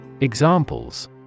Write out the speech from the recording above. Examples